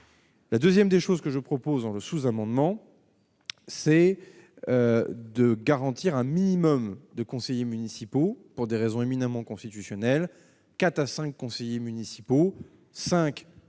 la 2ème des choses que je propose dans le sous-amendement, c'est de garantir un minimum de conseillers municipaux, pour des raisons éminemment constitutionnelle 4 à 5 conseillers municipaux 5 la durée du